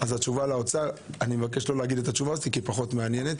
התשובה לאוצר: אני מבקש לא להגיד את התשובה הזו כי היא פחות מעניינת.